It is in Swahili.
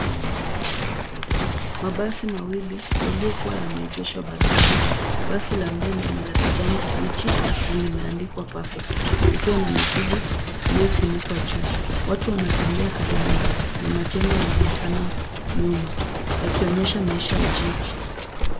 Mabasi mawili yaliyokuwa yameegeshwa barabarani. Basi la mbele ni la kijani kibichi na limeandikwa Perfect likiwa na mizigo iliyofunikwa juu. Watu wanatembea karibu nao na majengo yanaonekana nyuma yakionyesha maisha ya jiji.